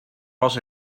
was